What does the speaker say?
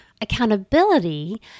accountability